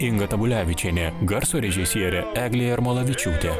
inga tamulevičienė garso režisierė eglė jarmolavičiūtė